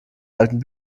alten